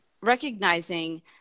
recognizing